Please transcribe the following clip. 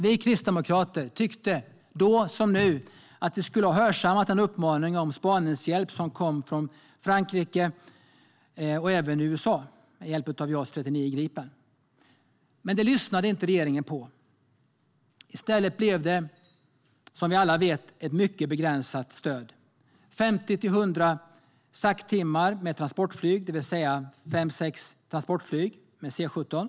Vi kristdemokrater tyckte, då som nu, att vi skulle ha hörsammat den uppmaning om spaningshjälp som kom från Frankrike och även från USA om hjälp av JAS 39 Gripen. Det lyssnade dock inte regeringen på. I stället blev det, som vi alla vet, ett mycket begränsat stöd. Det blev 50-100 SAC-timmar med transportflyg, det vill säga fem eller sex transportflyg med C-17.